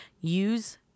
Use